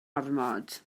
ormod